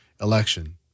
election